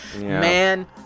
Man